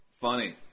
funny